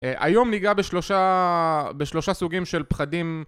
היום ניגע בשלושה סוגים של פחדים